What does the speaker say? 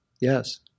Yes